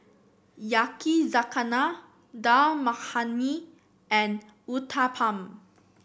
Yakizakana Dal Makhani and Uthapam